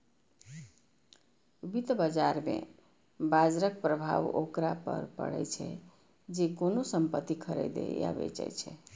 वित्त बाजार मे बाजरक प्रभाव ओकरा पर पड़ै छै, जे कोनो संपत्ति खरीदै या बेचै छै